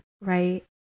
right